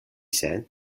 said